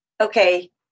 okay